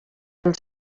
els